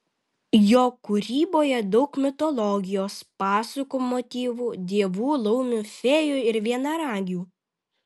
jo kūryboje daug mitologijos pasakų motyvų dievų laumių fėjų ir vienaragių